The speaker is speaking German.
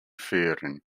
führen